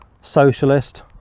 socialist